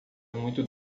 muito